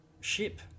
ship